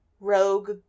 rogue